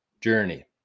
journey